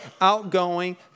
outgoing